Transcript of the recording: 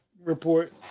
report